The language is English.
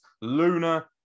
Luna